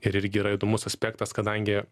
ir irgi yra įdomus aspektas kadangi